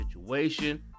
situation